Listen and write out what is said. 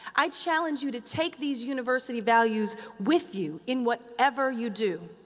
i challenge you to take these university values with you, in whatever you do.